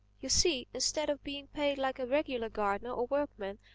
you see, instead of being paid like a regular gardener or workman,